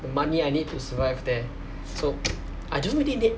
the money I need to survive there so I don't really need